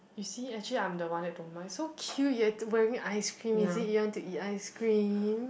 you see actually I'm the one that don't mind so cute you've to wearing ice cream is it you want to eat ice cream